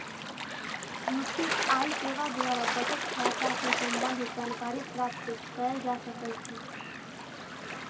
UPI सेवा द्वारा बचत खता से संबंधित जानकारी प्राप्त कएल जा सकहइ